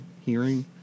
hearing